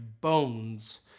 bones